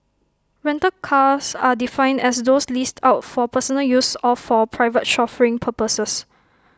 rental cars are defined as those leased out for personal use or for private chauffeuring purposes